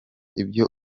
ibyo